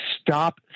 stop